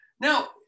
Now